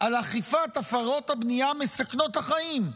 על אכיפת הפרות הבנייה מסכנות החיים,